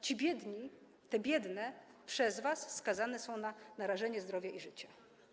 Ci biedni, te biedne przez was skazane są na narażenie zdrowia i życia.